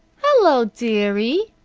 hello, dearie!